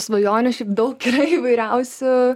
svajonių šiaip daug yra įvairiausių